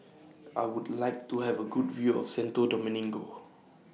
I Would like to Have A Good View of Santo Domingo